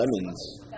lemons